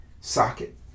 socket